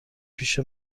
پیش